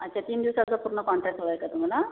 अच्छा तीन दिवसाचा पूर्ण कॉन्ट्रॅक्ट हवाय का तुम्हाला